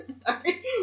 Sorry